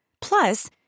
Plus